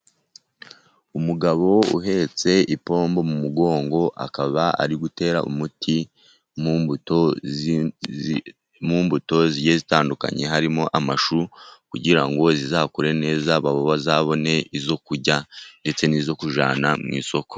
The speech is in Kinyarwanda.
Umugabo uhetse ipombo mu mugongo, akaba ari gutera umuti mu mbuto zigiye zitandukanye, harimo amashu kugira ngo zizakure neza, bazabone izo kurya ndetse n'izo kujyana mu isoko.